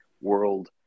world